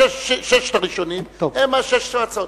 ששת הראשונים הם שש ההצעות.